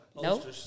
Nope